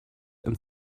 and